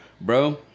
Bro